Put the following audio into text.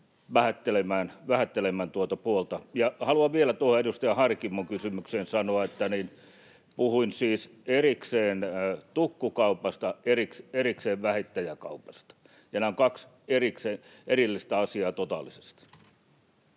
vähättelemään tuota puolta. Haluan vielä edustaja Harkimon kysymykseen sanoa, että puhuin siis erikseen tukkukaupasta, erikseen vähittäiskaupasta, ja nämä ovat kaksi erillistä asiaa totaalisesti.